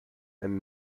and